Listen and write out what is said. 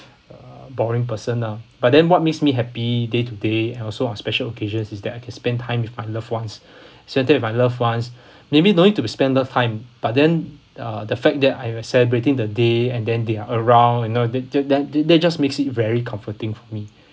uh boring person lah but then what makes me happy day to day and also on special occasions is that I can spend time with my loved ones spend time with my loved ones maybe no need to be spend that time but then uh the fact that I am celebrating the day and then they are around you know that that that that that just makes it very comforting for me